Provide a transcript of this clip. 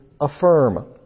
affirm